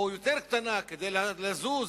או יותר קטנה, כדי לזוז,